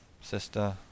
sister